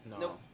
no